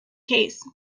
case